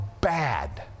bad